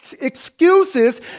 excuses